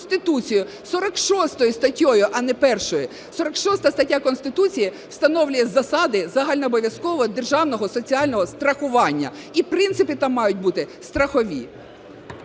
46 статтею, а не 1-ю. 46 стаття Конституції встановлює засади загальнообов'язкового державного соціального страхування, і принципи там мають бути страхові.